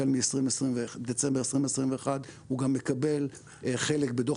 החל מדצמבר 2021 הוא גם מקבל חלק בתוך